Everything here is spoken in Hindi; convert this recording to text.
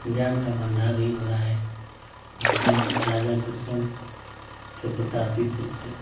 ज्ञान का भंडार ही भरा है जिसमें राजा दुष्यंत के प्रतापी पुत्र